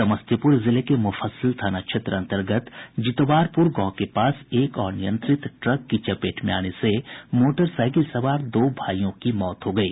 समस्तीपुर जिले के मुफस्सिल थाना क्षेत्र अंतर्गत जितवारपुर गांव के पास एक अनियंत्रित ट्रक की चपेट में आने से मोटरसाईकिल सवार दो भाईयों की मौत हो गयी